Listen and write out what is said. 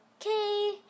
Okay